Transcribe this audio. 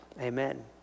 Amen